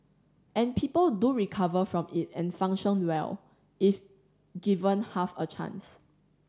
and people do recover from it and function well if given half a chance